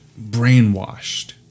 brainwashed